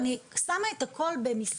אני שמה את הכל במסגרת,